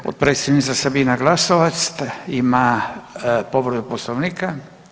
Potpredsjednica Sabina Glasovac ima povredu Poslovnika.